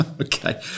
Okay